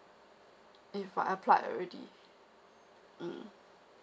if I applied already mm